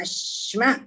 Ashma